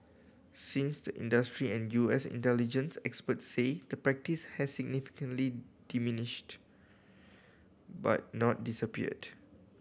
since the industry and U S intelligence experts say the practice has significantly diminished but not disappeared